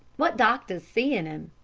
what doctor's seein' him?